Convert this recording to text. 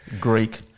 Greek